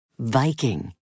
Viking